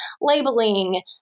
labeling